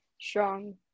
strong